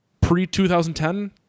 Pre-2010